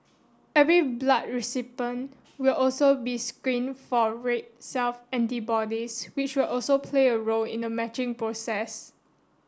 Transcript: every blood recipient will also be screened for red cell antibodies which also play a role in the matching process